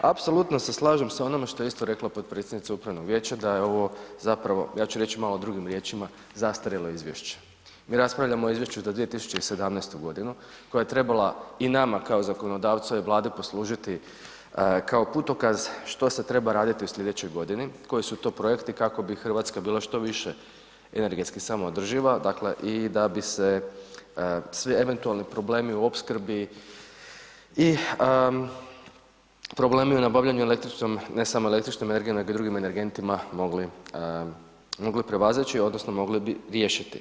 Apsolutno se slažem sa onime što je isto rekla potpredsjednica upravnog vijeća da je ovo zapravo, ja ću reći malo drugim riječima zastarjelo izvješće. mi raspravljamo o izvješću za 2017. g. koje je trebala i nama kao zakonodavcu ove Vlade poslužiti kao putokaz što se treba raditi u slijedećoj godini, koji su to projekti kako bi Hrvatska bila što više energetski samoodrživa dakle i da bi se sve eventualni problemi u opskrbi i problemi u nabavljanju električnom ne samo električnom, ne samo električnom nego i drugim energentima, mogli prevazići odnosno mogli bi riješiti.